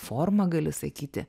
formą gali sakyti